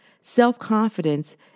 Self-confidence